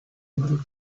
little